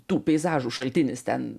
tų peizažų šaltinis ten